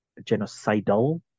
genocidal